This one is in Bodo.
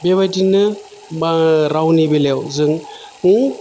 बेबायदिनो रावनि बेलायाव जों